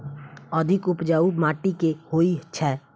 अधिक उपजाउ माटि केँ होइ छै?